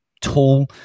tool